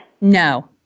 No